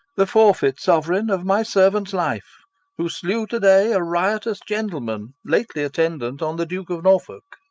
the forfeit, sovereign, of my servant's life who slew to-day a riotous gentleman lately attendant on the duke of norfolk.